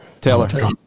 Taylor